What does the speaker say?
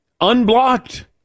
Unblocked